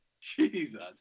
Jesus